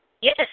Yes